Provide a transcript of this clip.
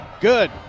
good